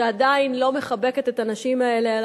שעדיין לא מחבקת את הנשים האלה,